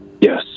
Yes